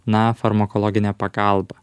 na farmakologinę pagalbą